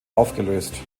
aufgelöst